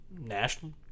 national